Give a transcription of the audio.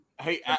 hey